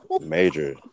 major